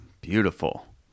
beautiful